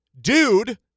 Dude